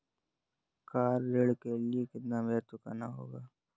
Car ऋण के लिए कितना ब्याज चुकाना होगा?